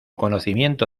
conocimiento